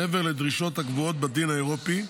מעבר לדרישות הקבועות בדין האירופי,